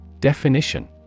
Definition